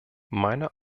meiner